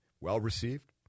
Well-received